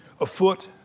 Afoot